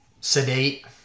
sedate